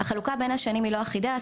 החלוקה בין השנים היא לא אחידה,